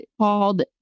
called